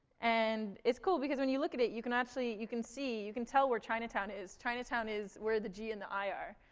and it's cool because when you look at it, you can actually you can see you can tell where chinatown is. chinatown is where the g and the i are.